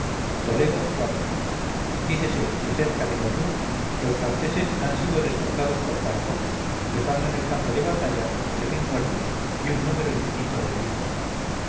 toledo dícese que cerca de gallur los franceses han sido derrotados por palafox dejando en el campo de batalla muertos y un número infinito de heridos